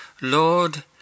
Lord